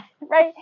right